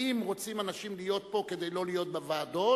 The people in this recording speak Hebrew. האם רוצים אנשים להיות פה כדי לא להיות בוועדות,